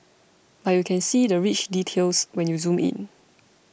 but you can see the rich details when you zoom in